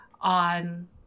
on